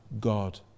God